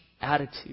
attitude